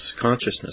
consciousness